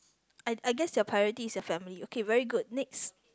I I guess your priority is your family okay very good next